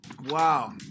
Wow